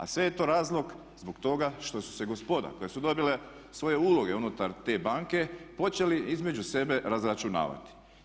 A sve je to razlog zbog toga što su se gospoda koja su dobila svoje uloge unutar te banke počeli između sebe razračunavati.